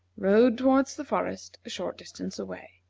rode toward the forest, a short distance away.